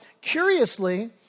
curiously